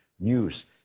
News